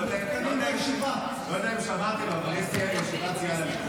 אני לא יודע אם שמעתם, אבל יש ישיבת סיעה לליכוד.